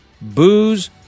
Booze